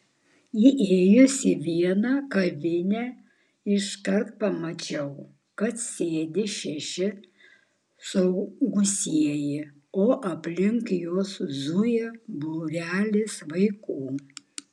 įėjus į vieną kavinę iškart pamačiau kad sėdi šeši suaugusieji o aplink juos zuja būrelis vaikų